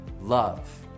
love